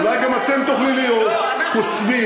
אולי גם אתם תוכלו להיות קוסמים,